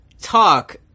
talk